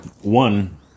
One